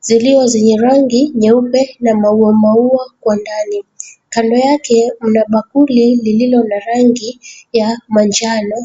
zilizo zenye rangi nyeupe na mauamaua kwa ndani. Kando yake mna bakuli lililo na rangi ya manjano.